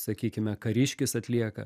sakykime kariškis atlieka